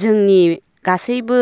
जोंनि गासैबो